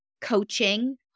coaching